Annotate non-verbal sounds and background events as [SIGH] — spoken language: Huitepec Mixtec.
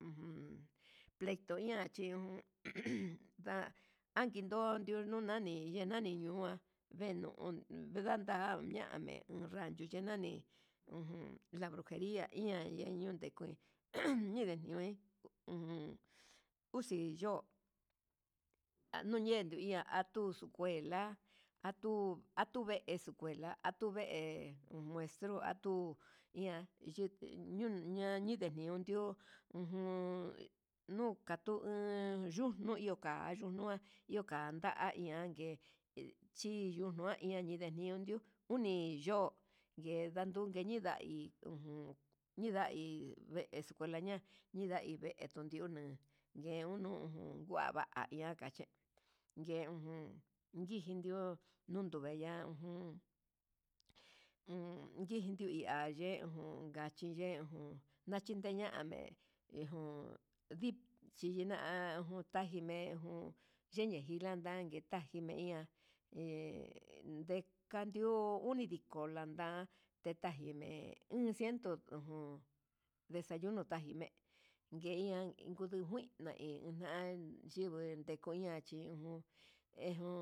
Ujun pleito iha chi uun [NOISE] nda'a njindo yunani, ye nani nu'a nvedo nranda ye yuchi nani, ujun brujeria iha yen nee kué, [NOISE] uun uxe'e yo'o ayunden ndetua nuñe'e ndundia ndux luje'e la'a artu atuve escuela tuve muestro atuña chite nuña ñindé niundiu, ujun nuu katuu nuu yiu niuka yuu nua inka nda nia nangue chi ndunua nguen ndeniundu uni yo'o ngue ndanunke ninda'a hí ujun ñindahi escuela ña'a ñindave tundiona ñiunu nguañana kaché ye ujun ndijin ndio nunndun ndia ujun un ndijen ndua ye'e ujunka kachiyejun, nachinyame ejun ndichi china'a ujuntaime ujun yeni chilangue tajimeiña he ndekandio unidiko landa'a tetaime uun ciento ujun desayunu taji me'e ian ndejuñu kuina ndeian inan yingui kuña ujun hejun